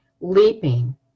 leaping